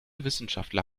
wissenschaftler